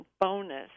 bonus